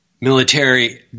military